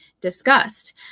discussed